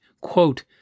quote